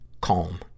Calm